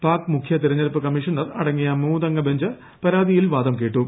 pack മുഖ്യ തെരഞ്ഞെടുപ്പ് commissioner അടങ്ങിയ മൂന്നംഗബെഞ്ച് പരാതിയിൽ വാദം കേട്ടു